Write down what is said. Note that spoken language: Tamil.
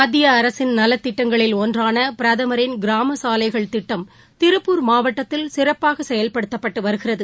மத்தியஅரசின் நலத்திட்டங்களில் ஒன்றானபிரதமரின் கிராமசாலைகள் திட்டம் திருப்பூர் மாவட்டத்தில் சிறப்பாகசெயல்படுத்தப்பட்டுவருகிறது